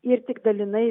ir tik dalinai